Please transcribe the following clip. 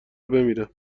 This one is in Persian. بمیرم